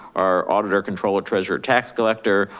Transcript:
our auditor controller treasurer tax collector,